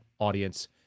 audience